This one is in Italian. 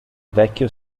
vecchio